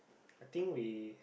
I think we